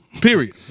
period